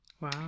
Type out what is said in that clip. wow